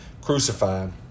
crucified